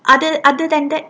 other other than that